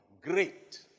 Great